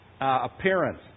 appearance